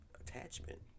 attachment